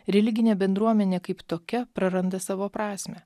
religinė bendruomenė kaip tokia praranda savo prasmę